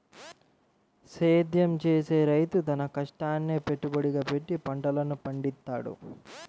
సేద్యం చేసే రైతు తన కష్టాన్నే పెట్టుబడిగా పెట్టి పంటలను పండిత్తాడు